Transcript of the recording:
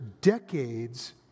decades